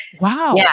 Wow